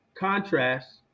contrast